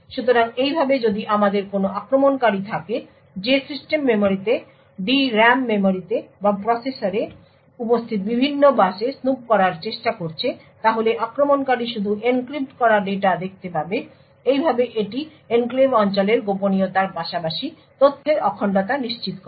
সুতরাং এইভাবে যদি আমাদের কোনো আক্রমণকারী থাকে যে সিস্টেম মেমরিতে D RAM মেমরিতে বা প্রসেসরে উপস্থিত বিভিন্ন বাসে স্নুপ করার চেষ্টা করছে তাহলে আক্রমণকারী শুধুমাত্র এনক্রিপ্ট করা ডেটা দেখতে পাবে এইভাবে এটি এনক্লেভ অঞ্চলের গোপনীয়তার পাশাপাশি তথ্যের অখণ্ডতা নিশ্চিত করে